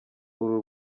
uru